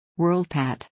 WorldPAT